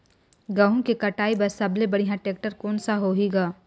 गहूं के कटाई पर सबले बढ़िया टेक्टर कोन सा होही ग?